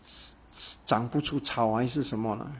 长不出草还是什么 lah